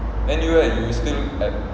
then you eh you still at